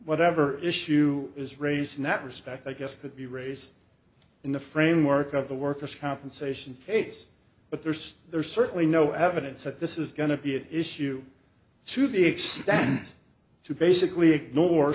whatever issue is raised in that respect i guess could be raised in the framework of the workers compensation case but there's there's certainly no evidence that this is going to be an issue to the extent to basically ignore